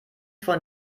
von